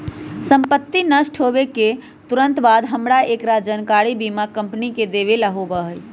संपत्ति नष्ट होवे के तुरंत बाद हमरा एकरा जानकारी बीमा कंपनी के देवे ला होबा हई